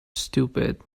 stupid